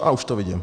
A už to vidím.